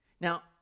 Now